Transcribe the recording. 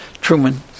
Truman